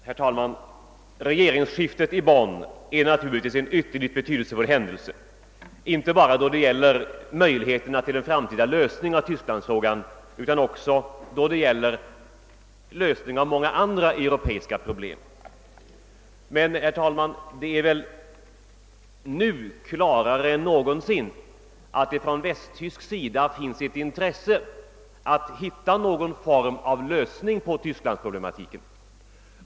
Herr talman! Regeringsskiftet i Bonn är naturligtvis en ytterligt betydelsefull händelse inte bara för möjligheterna till en framtida lösning av Tysklandsfrågan utan också för lösningen av många andra europeiska problem. Och det är väl nu klarare än någonsin att det på västtyskt håll finns ett intresse av att finna någon form av lösning på Tysklandsproblematiken.